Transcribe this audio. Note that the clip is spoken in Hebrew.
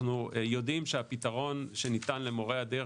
אנחנו יודעים שהפתרון שניתן למורי הדרך